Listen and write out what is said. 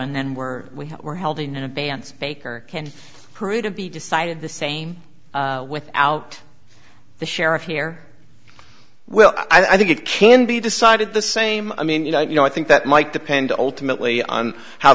and then were we were held in abeyance baker can prove to be decided the same without the sheriff here well i think it can be decided the same i mean you know you know i think that might depend alternately on how